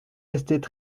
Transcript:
restaient